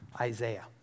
Isaiah